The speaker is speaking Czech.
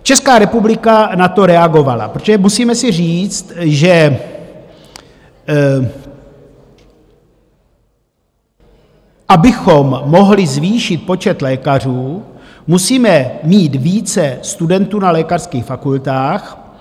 Česká republika na to reagovala, protože musíme si říct, že abychom mohli zvýšit počet lékařů, musíme mít více studentů na lékařských fakultách.